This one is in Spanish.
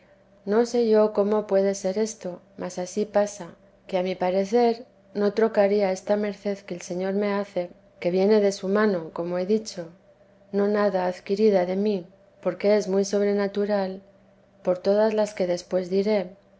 no sé yo cómo puede ser esto mas ansí pasa que a mi parecer no trocaría esta merced que el señor me hace que viene de su mano como he dicho no nada adquirida de mí porque es muy sobrenatural por todas las que después diré